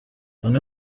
bamwe